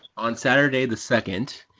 on saturday the second,